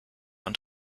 und